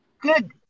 good